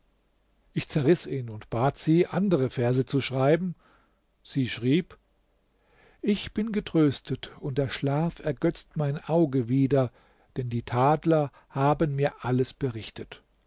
ich zerriß ihn und bat sie andere verse zu schreiben sie schrieb ich bin getröstet und der schlaf ergötzt mein auge wieder denn die tadler haben mir alles berichtet